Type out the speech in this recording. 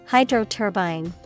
Hydro-turbine